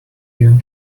you